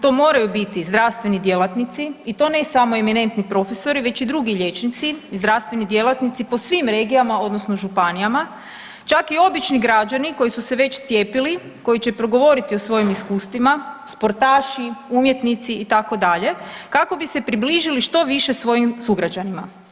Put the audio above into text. To moraju biti zdravstveni djelatnici i to ne samo eminentni profesori već i drugi liječnici i zdravstveni djelatnici po svim regijama odnosno županijama, čak i obični građani koji su se već cijepili, koji će progovoriti o svojim iskustvima, sportaši, umjetnici itd., kako bi se približili što više svojim sugrađanima.